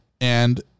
and-